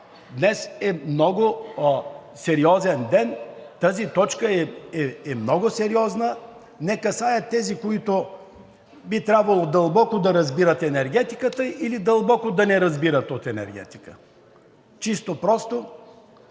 Днес е много сериозен ден, тази точка е много сериозна – не касае тези, които би трябвало дълбоко да разбират енергетиката или дълбоко да не разбират от енергетика. Чисто и просто